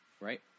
Right